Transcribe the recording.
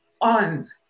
on